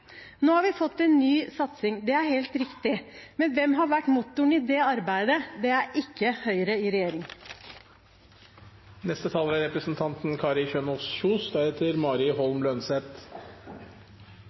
Nå har vi fått en ny satsing – det er helt riktig. Men hvem har vært motoren i det arbeidet? Det er ikke Høyre i regjering.